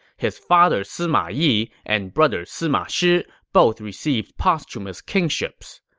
his father sima yi and brother sima shi both received posthumous kingships.